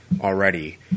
already